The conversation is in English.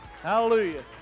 Hallelujah